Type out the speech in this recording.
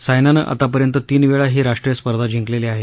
सायनानं आतापर्यंत तीन वेळा ही राष्ट्रीय स्पर्धा जिंकलेली आहे